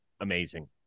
Amazing